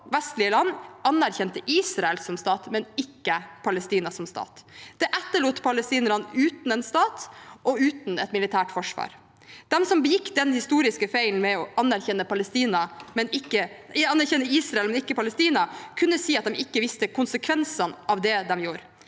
vestlige land anerkjente Israel som stat, men ikke Palestina som stat. Det etterlot palestinerne uten en stat og uten et militært forsvar. De som begikk den historiske feilen med å anerkjenne Israel, men ikke Palestina, kunne si at de ikke visste konsekvensene av det de gjorde.